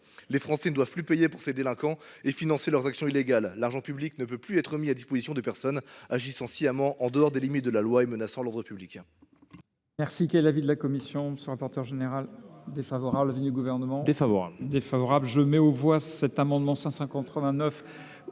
Les Français ne doivent plus payer pour ces délinquants et financer leurs actions illégales. L’argent public ne peut plus être mis à disposition de personnes agissant sciemment en dehors des limites de la loi et menaçant l’ordre public.